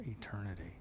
eternity